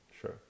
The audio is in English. Sure